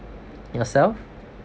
yourself